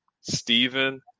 Stephen